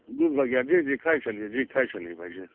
दूध बगिआ जी जी खाइ छलियै जी खाइ छलियै बगिआ